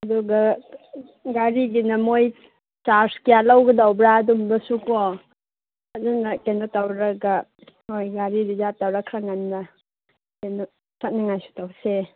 ꯑꯗꯨꯒ ꯒꯥꯔꯤꯒꯤꯟ ꯃꯣꯏ ꯆꯥꯔꯁ ꯀꯌꯥ ꯂꯧꯒꯗꯕ꯭ꯔ ꯑꯗꯨꯒꯨꯝꯕꯁꯨꯀꯣ ꯑꯗꯨꯅ ꯀꯩꯅꯣ ꯇꯧꯔꯒ ꯍꯣꯏ ꯒꯥꯔꯤ ꯔꯤꯖꯥꯔꯞ ꯇꯧꯔꯒ ꯈꯔ ꯉꯟꯅ ꯀꯩꯅꯣ ꯆꯠꯅꯤꯡꯉꯥꯏꯁꯨ ꯇꯧꯁꯦ